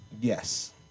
Yes